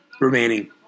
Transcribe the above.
remaining